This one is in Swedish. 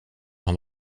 hand